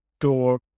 door